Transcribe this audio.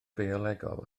biolegol